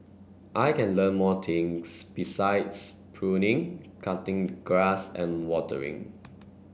I can learn more things besides pruning cutting grass and watering